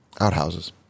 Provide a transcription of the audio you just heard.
outhouses